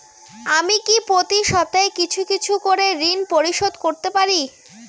আমি কি প্রতি সপ্তাহে কিছু কিছু করে ঋন পরিশোধ করতে পারি?